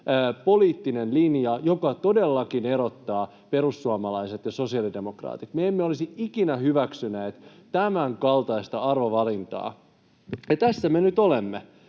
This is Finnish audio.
poliittinen linja, joka todellakin erottaa perussuomalaiset ja sosiaalidemokraatit. Me emme olisi ikinä hyväksyneet tämän kaltaista arvovalintaa, ja tässä me nyt olemme.